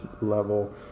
level